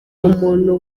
umuntu